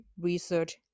research